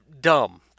dumb